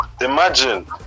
Imagine